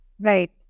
Right